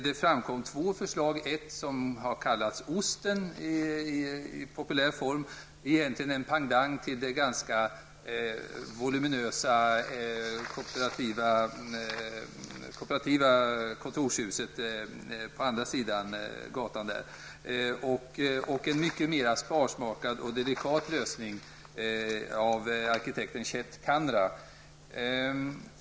Det framkom två förslag: ett som populärt har kallats Osten och som egentligen är en pendang till ett ganska voluminöst kollektivt kontorshus på andra sidan gatan och en mera sparsmakad och delikat lösning av arkitekten Chet Kanra.